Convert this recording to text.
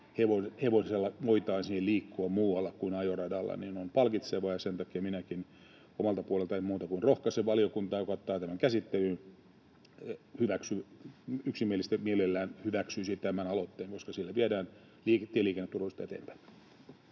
hevosella voitaisiin liikkua muualla kuin ajoradalla, on palkitsevaa. Sen takia minäkin omalta puoleltani en muuta kuin rohkaise valiokuntaa, joka ottaa tämän käsittelyyn, että se mielellään yksimielisesti hyväksyisi tämän aloitteen, koska sillä viedään tieliikenneturvallisuutta eteenpäin.